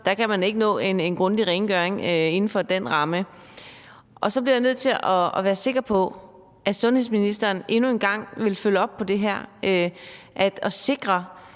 kan man ikke nå en grundig rengøring inden for den ramme? Så jeg bliver nødt til at være sikker på, at sundhedsministeren endnu en gang vil følge op på det her og sikre,